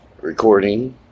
recording